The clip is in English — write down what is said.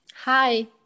Hi